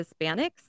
Hispanics